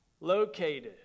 located